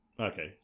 Okay